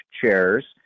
chairs